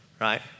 right